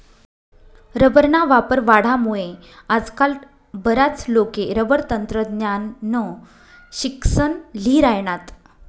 रबरना वापर वाढामुये आजकाल बराच लोके रबर तंत्रज्ञाननं शिक्सन ल्ही राहिनात